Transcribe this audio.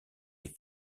est